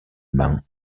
man